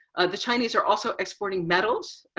the chinese are also exporting metals,